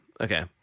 Okay